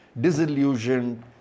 disillusioned